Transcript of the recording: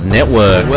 Network